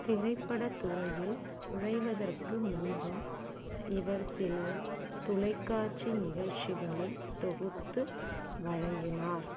திரைப்படத் துறையில் நுழைவதற்கு முன்பு இவர் சில தொலைக்காட்சி நிகழ்ச்சிகளை தொகுத்து வழங்கினார்